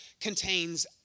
contains